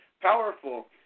powerful